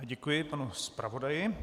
Děkuji panu zpravodaji.